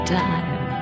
time